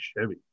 Chevy